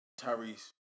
Tyrese